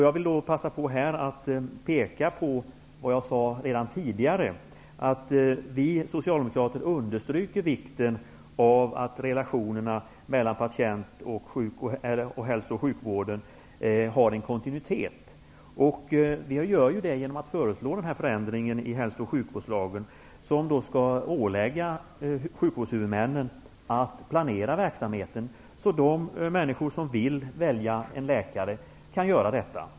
Jag vill här passa på att peka på vad jag sade redan tidigare. Vi socialdemokrater understryker vikten av att relationen mellan patienten och hälso och sjukvården har en kontinuitet. Vi verkar för det genom att föreslå den här förändringen i hälso och sjukvårdslagen. Sjukvårdshuvudmännen skall åläggas att planera verksamheten, så att de människor som vill välja en läkare kan göra detta.